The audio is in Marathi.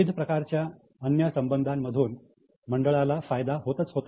विविध प्रकारच्या अन्य संबंधांमधून मंडळाला फायदा होतच होता